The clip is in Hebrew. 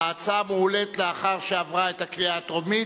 ההצעה מועלית לאחר שעברה קריאה טרומית,